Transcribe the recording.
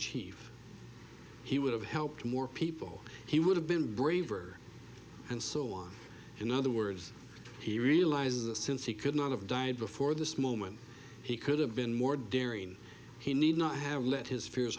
chief he would have helped more people he would have been braver and so on in other words he realizes that since he could not have died before this moment he could have been more daring he need not have let his fears